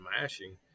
mashing